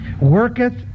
worketh